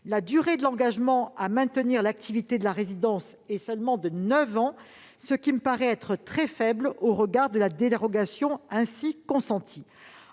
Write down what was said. La durée de l'engagement à maintenir l'activité de la résidence est de neuf ans seulement, ce qui me paraît très faible au regard de la dérogation ainsi consentie.